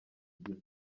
gihe